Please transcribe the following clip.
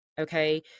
okay